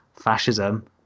fascism